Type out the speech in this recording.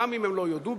גם אם הם לא יודו בכך,